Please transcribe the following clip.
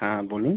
হ্যাঁ বলুন